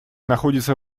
находится